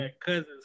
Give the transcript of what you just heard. cousins